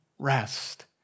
Rest